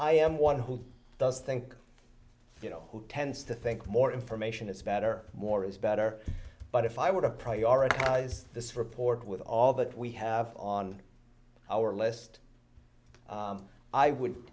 i am one who does think you know who tends to think more information is better more is better but if i were to prioritize this report with all that we have on our list i would